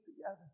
together